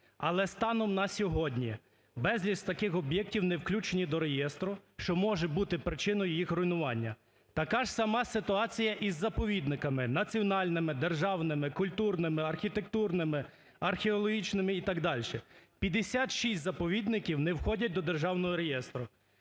Але станом на сьогодні безліч таких об'єктів не включені до реєстру, що може бути причиною їх руйнування. Така ж сама ситуація із заповідниками національними, державними, культурними, архітектурними, археологічними і так дальше. П'ятдесят шість заповідників не входять до Державного реєстру.